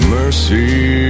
mercy